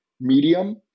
medium